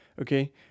okay